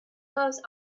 goes